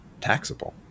taxable